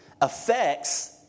affects